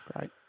Right